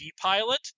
pilot